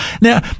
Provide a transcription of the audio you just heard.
Now